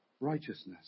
righteousness